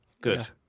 Good